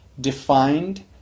defined